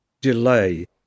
delay